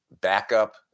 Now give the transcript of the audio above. backup